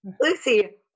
Lucy